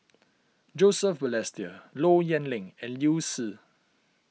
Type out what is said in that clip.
Joseph Balestier Low Yen Ling and Liu Si